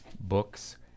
books